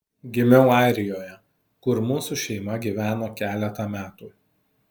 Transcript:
gimiau airijoje kur mūsų šeima gyveno keletą metų